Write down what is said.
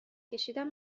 کشیدن